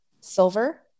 silver